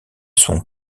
son